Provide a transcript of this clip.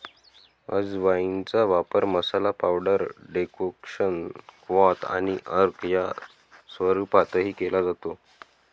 अजवाइनचा वापर मसाला, पावडर, डेकोक्शन, क्वाथ आणि अर्क या स्वरूपातही केला जातो